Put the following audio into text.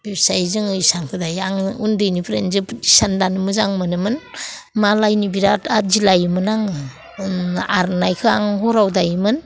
बेबायदि जों इसानखौ दायो आङो उन्दैनिफ्रायनो जोबोद इसान दानो मोजां मोनोमोन मालायनि बिराथ आदि लायोमोन आङो आर'नायखौ आं हराव दायोमोन